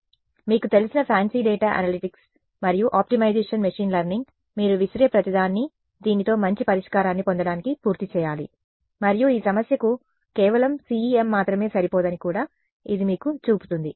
కాబట్టి మీకు తెలిసిన ఫ్యాన్సీ డేటా అనలిటిక్స్ మరియు ఆప్టిమైజేషన్ మెషిన్ లెర్నింగ్ మీరు విసిరే ప్రతిదాన్ని దీనితో మంచి పరిష్కారాన్ని పొందడానికి పూర్తి చేయాలి మరియు ఈ సమస్యకు కేవలం CEM మాత్రమే సరిపోదని కూడా ఇది మీకు చూపుతుంది